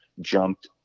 jumped